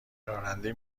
راننده